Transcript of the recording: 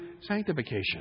sanctification